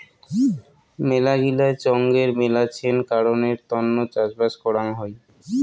মেলাগিলা চঙের মেলাছেন কারণের তন্ন চাষবাস করাং হই